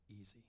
easy